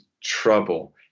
trouble